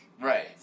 right